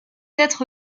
être